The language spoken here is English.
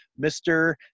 Mr